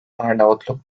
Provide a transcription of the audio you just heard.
arnavutluk